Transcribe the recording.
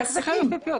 איך זה חרב פיפיות?